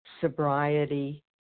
sobriety